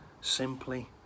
Simply